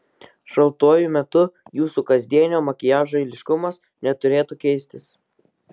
šaltuoju metu jūsų kasdienio makiažo eiliškumas neturėtų keistis